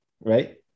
right